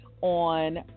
on